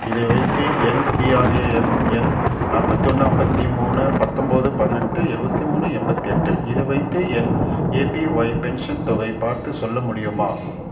இதை வைத்து என் பிஆர்ஏஎன் எண் நாற்பத்தி ஒன்று ஐம்பத்தி மூணு பத்தொம்பது பதினெட்டு எழுவத்தி மூணு எண்பத்தி எட்டு இதை வைத்து என் ஏபிஒய் பென்ஷன் தொகை பார்த்துச் சொல்ல முடியுமா